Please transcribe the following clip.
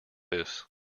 this